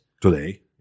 Today